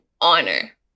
honor